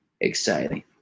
exciting